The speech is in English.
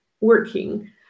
working